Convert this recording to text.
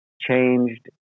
changed